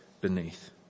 beneath